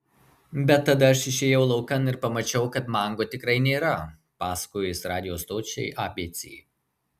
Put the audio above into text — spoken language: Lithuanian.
bet tada aš išėjau laukan ir pamačiau kad mango tikrai nėra pasakojo jis radijo stočiai abc